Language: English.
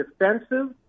defensive